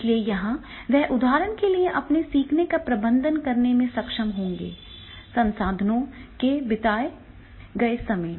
इसलिए यहां वह उदाहरण के लिए अपने सीखने का प्रबंधन करने में सक्षम होंगे संसाधनों में बिताए गए समय